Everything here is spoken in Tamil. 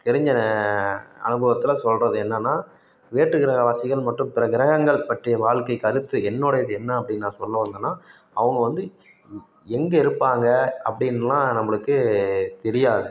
தெரிஞ்ச அனுபவத்தில் சொல்கிறது என்னன்னா வேற்றுக்கிரகவாசிகள் மற்றும் பிற கிரகங்கள் பற்றிய வாழ்க்கைக் கருத்து என்னோடையது என்ன அப்படின்னு நான் சொல்ல வந்தேன்னால் அவங்க வந்து எங்கே இருப்பாங்க அப்படின்லாம் நம்மளுக்குத் தெரியாது